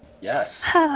Yes